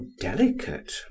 delicate